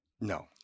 No